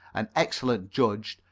an excellent judge,